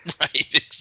Right